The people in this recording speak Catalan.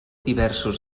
diversos